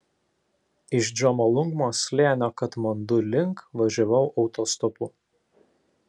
iš džomolungmos slėnio katmandu link važiavau autostopu